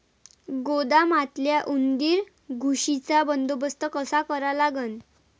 गोदामातल्या उंदीर, घुशीचा बंदोबस्त कसा करा लागन?